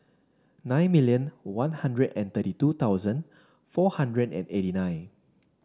nine million One Hundred and thirty two thousand four hundred and eighty nine